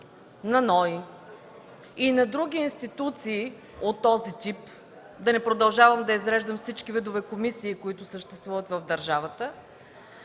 на НОИ и на други институции от този тип, да не продължавам да изреждам всички видове комисии, които съществуват в държавата,